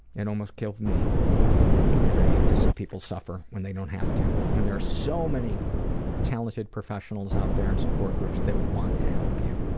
and almost killed me and i hate to see people suffer when they don't have to, when there are so many talented professionals out there in support groups that want to help you,